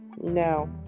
no